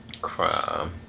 crime